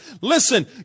Listen